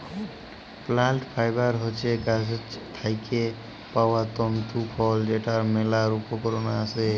plant fibre হছে গাহাচ থ্যাইকে পাউয়া তল্তু ফল যেটর ম্যালা উপকরল আসে